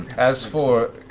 as for